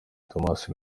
thomas